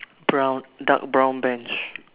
brown dark brown bench